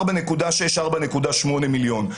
4.6, 4.8 מיליון.